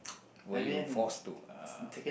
were you forced to uh